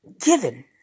given